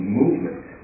movement